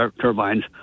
turbines